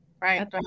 Right